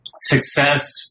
success